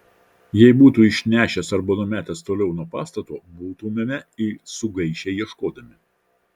jei būtų išsinešęs arba numetęs toliau nuo pastato būtumėme sugaišę ieškodami